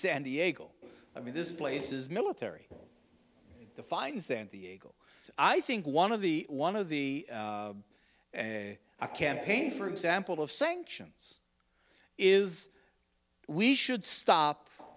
san diego i mean this place is military the fine san diego i think one of the one of the a a campaign for example of sanctions is we should stop